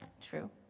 True